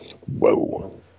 Whoa